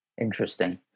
Interesting